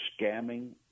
scamming